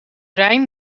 rijn